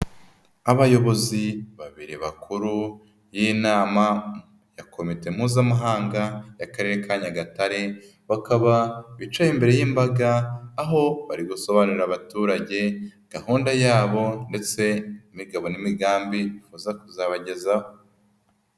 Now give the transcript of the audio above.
Abayobozi babiri bakuru b'inama ya komite mpuzamahanga y'Akarere ka Nyagatare, bakaba bicaye imbere y'imbaga, aho bari gusobanurira abaturage, gahunda yabo ndetse n'imigabo n'imigambi bifuza kuzabagezaho.